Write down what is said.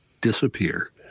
disappear